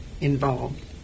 involved